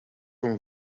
from